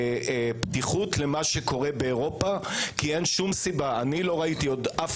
פתיחות למה שקורה באירופה כי אין סיבה אני לא ראיתי אף